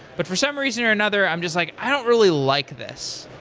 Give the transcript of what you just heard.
but for some reason or another, i'm just like, i don't really like this.